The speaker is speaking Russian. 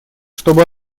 чтобы